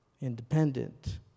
Independent